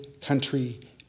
country